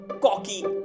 cocky